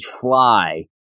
fly